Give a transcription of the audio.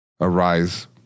arise